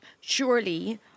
surely